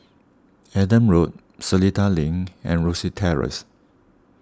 Adam Road Seletar Link and Rosyth Terrace